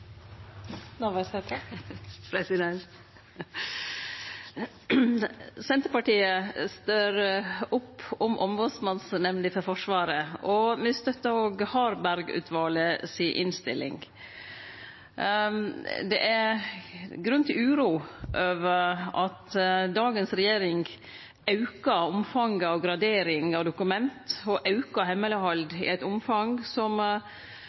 Senterpartiet støttar opp om Ombodsnemnda for Forsvaret. Me støttar òg Harberg-utvalet si innstilling. Det er grunn til uro over at dagens regjering aukar omfanget av gradering av dokument og aukar hammeleghald i eit omfang som